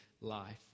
life